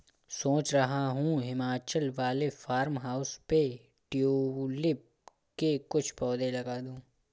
सोच रहा हूं हिमाचल वाले फार्म हाउस पे ट्यूलिप के कुछ पौधे लगा दूं